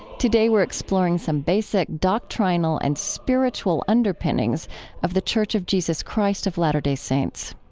today, we're exploring some basic doctrinal and spiritual underpinnings of the church of jesus christ of latter-day saints.